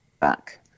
back